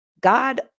God